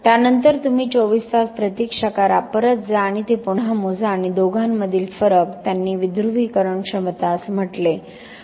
त्यानंतर तुम्ही 24 तास प्रतीक्षा करा परत जा आणि ते पुन्हा मोजा आणि दोघांमधील फरक त्यांनी विध्रुवीकरण क्षमता असे म्हटले